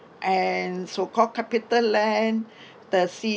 and so called CapitaLand the city